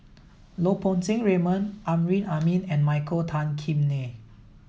Lau Poo Seng Raymond Amrin Amin and Michael Tan Kim Nei